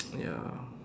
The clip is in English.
ya